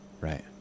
Right